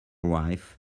wife